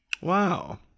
Wow